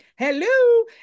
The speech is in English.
Hello